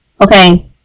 Okay